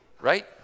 right